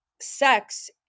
sex